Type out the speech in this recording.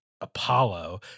Apollo